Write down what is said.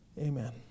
Amen